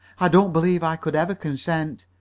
i don't believe i could ever consent,